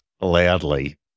loudly